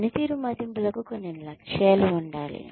పనితీరు మదింపులకు కొన్ని లక్ష్యాలు ఉండాలి